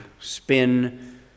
spin